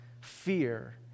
fear